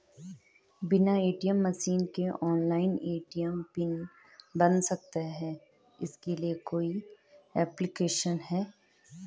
बिना ATM machine के online ATM PIN बन सकता है इसके लिए कोई ऐप्लिकेशन है?